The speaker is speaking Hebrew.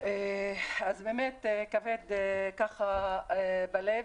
אז באמת כבד ככה בלב.